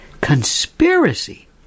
Conspiracy